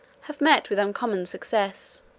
have met with uncommon success